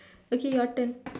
okay your turn